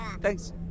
thanks